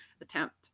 attempt